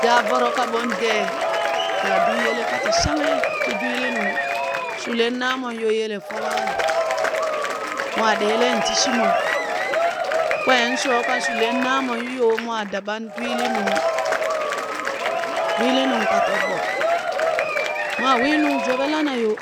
Daa voro ka ɓon dee, da biyele ka ti shanghe ti dwiilinung, shulen naamon yo yele folaayoo, mwaa ɗeelen ti shimo. Kween sho ka shulen naamon yo mwaa daɓan dwiilinung, dwiliinung ka tob ɓo mwaa wii nung joɓe lana yo,